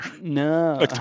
no